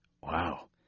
Wow